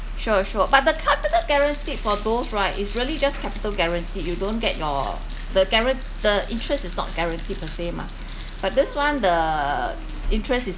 sure sure but the capital guaranteed for goals right is really just capital guaranteed you don't get your the guaran~ the interest is not guaranteed per se mah but this one the interest is